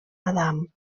adam